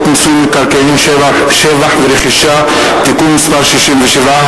מיסוי מקרקעין (שבח ורכישה) (תיקון מס' 67),